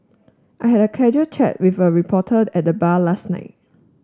I had a casual chat with a reporter at the bar last night